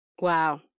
Wow